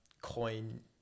coin